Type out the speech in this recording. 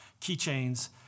keychains